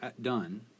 done